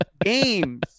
games